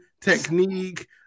technique